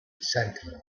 centennial